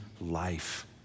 life